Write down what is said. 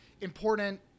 important